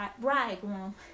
bridegroom